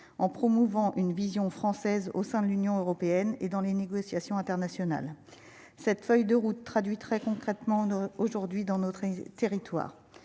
en promouvant une vision française au sein de l'Union européenne et dans les négociations internationales, cette feuille de route traduit très concrètement on aujourd'hui dans notre territoire,